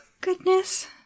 Goodness